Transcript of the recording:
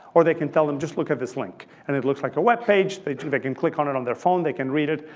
or they can tell them just look at this link, and it looks like a web page. they can click and click on it on their phone. they can read it.